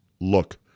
look